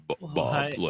Bob